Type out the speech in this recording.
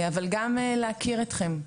אבל גם להכיר אתכם,